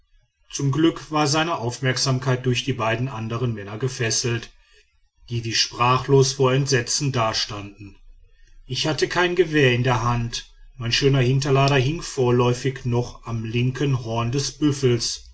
zum glück war seine aufmerksamkeit durch die beiden andern männer gefesselt die wir sprachlos vor entsetzen dastanden ich hatte kein gewehr in der hand mein schöner hinterlader hing vorläufig noch am linken horn des büffels